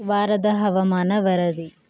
ವಾರದ ಹವಾಮಾನ ವರದಿ